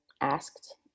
asked